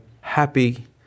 happy